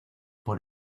por